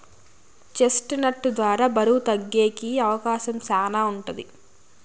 chest నట్ ద్వారా బరువు తగ్గేకి అవకాశం శ్యానా ఉంటది